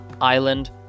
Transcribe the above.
Island